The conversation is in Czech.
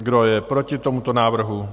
Kdo je proti tomuto návrhu?